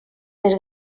més